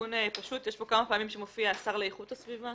תיקון פשוט: יש פה כמה פעמים שמופיע "השר לאיכות הסביבה",